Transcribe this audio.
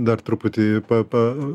dar truputį pa pa